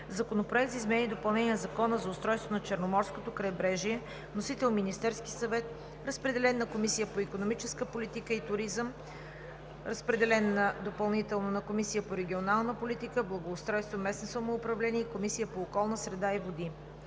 Законопроект за изменение и допълнение на Закона за устройство на Черноморското крайбрежие. Вносител е Министерският съвет. Водеща е Комисията по икономическа политика и туризъм. Разпределен е на Комисията по регионална политика, благоустройство и местно самоуправление и Комисията по околната среда и водите.